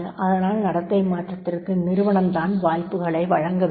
அதனால் நடத்தை மாற்றத்திற்கு நிறுவனம்தான் வாய்ப்புகளை வழங்கவேண்டும்